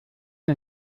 den